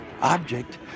object